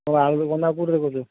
ତୁମେ ଆଳୁରେ କରୁନା ଆଉ କେଉଁଥିରେ କରୁଛ